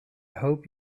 hope